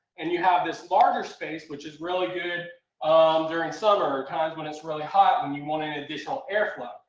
and you have this larger space which is really good um during summer times when it's really hot and you want an additional airflow.